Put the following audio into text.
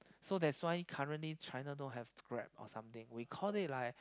so that's why currently China don't have grab or something we call it like